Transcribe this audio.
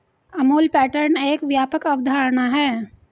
Amul pattern एक व्यापक अवधारणा है